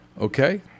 Okay